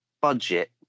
budget